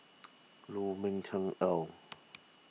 Lu Ming Teh Earl